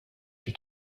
she